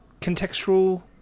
contextual